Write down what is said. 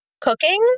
Cooking